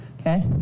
Okay